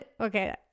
Okay